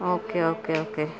okay okay okay